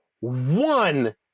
One